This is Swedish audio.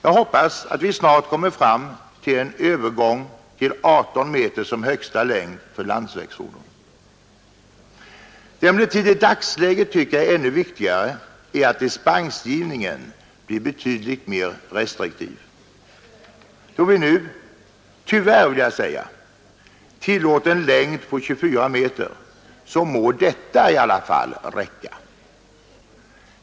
Jag hoppas att vi snart kommer fram till en övergång till 18 meter som högsta längd för landsvägsfordon. I dagsläget tycker jag emellertid att det är ännu viktigare att dispensgivningen blir betydligt mera restriktiv. Då vi nu — tyvärr, vill jag säga — tillåter en längd på 24 meter, så må detta i alla fall räcka.